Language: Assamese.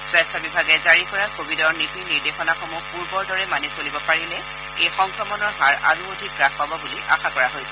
স্বাস্থ্য বিভাগে জাৰি কৰা কোৱিডৰ নীতি নিৰ্দেশনাসমূহ পূৰ্বৰ দৰে মানি চলিব পাৰিলে এই সংক্ৰমণৰ হাৰ আৰু অধিক হাস পাব বুলি আশা কৰা হৈছে